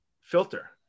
filter